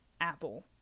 apple